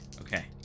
okay